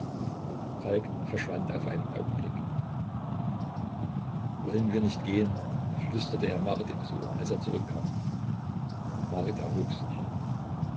falk verschwand auf einen augenblick wollen wir nicht gehen flüsterte er marit ins ohr als er zurückkam marit erhob sich